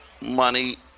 money